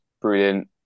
brilliant